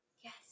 yes